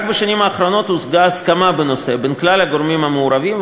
רק בשנים האחרונות הושגה הסכמה בנושא בין כלל הגורמים המעורבים,